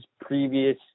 previous